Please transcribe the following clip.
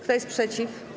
Kto jest przeciw?